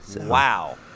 Wow